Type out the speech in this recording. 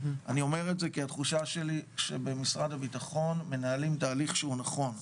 אני אומר את זה כי אני חש שבמשרד הביטחון מנהלים תהליך נכון,